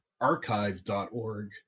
archive.org